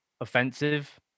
offensive